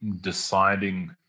deciding